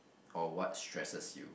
or what stresses you